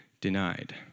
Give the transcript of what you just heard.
denied